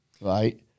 right